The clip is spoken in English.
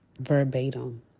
verbatim